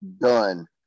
done